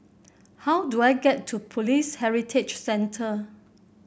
how do I get to Police Heritage Centre